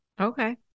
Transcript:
Okay